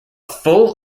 full